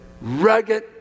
rugged